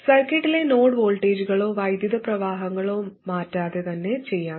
സർക്യൂട്ടിലെ നോഡ് വോൾട്ടേജുകളോ വൈദ്യുത പ്രവാഹങ്ങളോ മാറ്റാതെ തന്നെ ചെയ്യാം